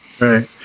right